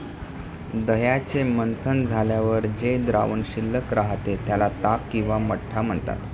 दह्याचे मंथन झाल्यावर जे द्रावण शिल्लक राहते, त्याला ताक किंवा मठ्ठा म्हणतात